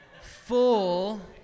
full